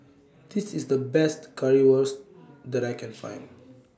This IS The Best Currywurst that I Can Find